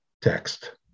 text